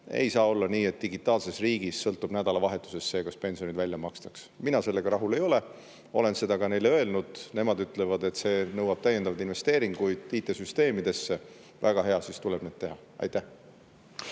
Ei saa olla nii, et digitaalses riigis sõltub nädalavahetusest see, kas pensionid välja makstakse. Mina sellega rahul ei ole, olen seda ka neile öelnud. Nemad ütlevad, et see nõuab täiendavaid investeeringuid IT-süsteemidesse. Väga hea, siis tuleb neid teha. Aitäh!